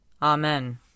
Amen